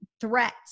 threats